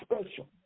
special